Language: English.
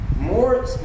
More